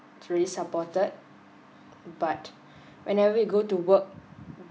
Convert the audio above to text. really supported but whenever you go to work